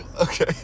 Okay